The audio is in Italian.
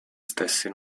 stessi